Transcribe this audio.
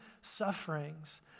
sufferings